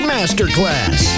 Masterclass